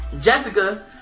Jessica